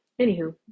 Anywho